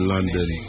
London